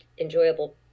enjoyable